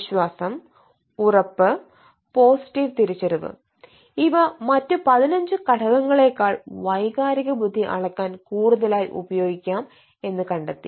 വിശ്വാസം ഉറപ്പ് പോസിറ്റീവ് തിരിച്ചറിവ് ഇവ മറ്റ് പത്തിനഞ്ചു ഘടനകളെക്കാൾ വൈകാരിക ബുദ്ധി അളക്കാൻ കൂടുതലായി ഉപയോഗിക്കാം എന്ന് കണ്ടെത്തി